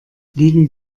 liegen